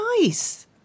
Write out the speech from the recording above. nice